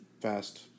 fast